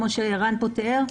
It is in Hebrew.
כפי שרן תיאר,